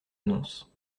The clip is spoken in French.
annonce